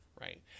right